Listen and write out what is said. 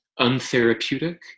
untherapeutic